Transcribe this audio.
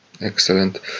excellent